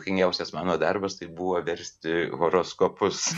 juokingiausias mano darbas tai buvo versti horoskopus